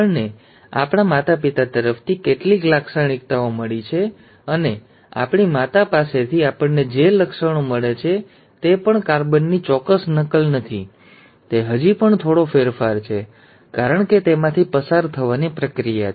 આપણને આપણાં માતા પિતા તરફથી કેટલીક લાક્ષણિકતાઓ મળી શકે છે અને આપણી માતા પાસેથી આપણને જે લક્ષણો મળે છે તે પણ કાર્બનની ચોક્કસ નકલ નથી તે હજી પણ થોડો ફેરફાર છે કારણ કે તેમાંથી પસાર થવાની પ્રક્રિયા છે